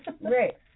right